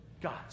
God